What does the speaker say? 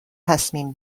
تصمیم